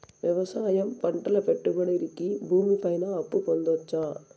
వ్యవసాయం పంటల పెట్టుబడులు కి భూమి పైన అప్పు పొందొచ్చా?